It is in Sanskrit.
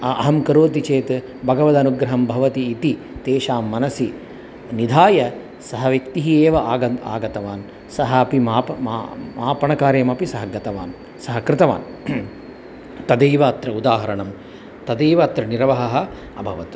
आम् अहं करोमि चेत् भगवदनुग्रहं भवति इति तेषां मनसि निधाय सः व्यक्तिः एव आगन् आगतवान् सः अपि माप मा मापनकार्यमपि सः गतवान् सः कृतवान् तथैव अत्र उदाहरणं तदेव अत्र निर्वहः अभवत्